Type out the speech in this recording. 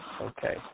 okay